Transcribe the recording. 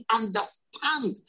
understand